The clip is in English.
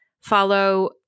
follow